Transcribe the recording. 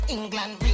England